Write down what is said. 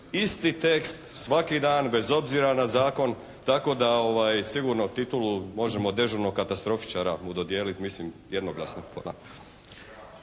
isti tekst svaki dan, bez obzira na zakon, tako da sigurno titulu možemo dežurnog katastrofičara mu dodijeliti mislim jednoglasno.